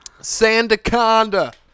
Sandaconda